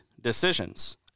decisions